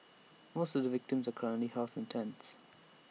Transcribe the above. most of the victims currently housed in tents